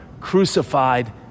crucified